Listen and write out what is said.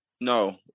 No